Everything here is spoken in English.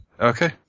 Okay